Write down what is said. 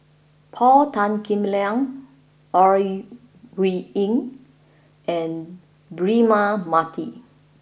Paul Tan Kim Liang Ore Huiying and Braema Mathi